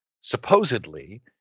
supposedly